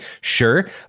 Sure